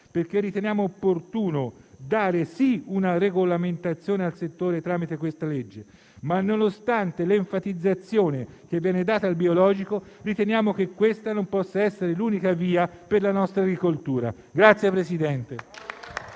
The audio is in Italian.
perché riteniamo opportuno dare - sì - una regolamentazione al settore tramite questo provvedimento, ma, nonostante l'enfatizzazione data al biologico, riteniamo che questa non possa essere l'unica via per la nostra agricoltura.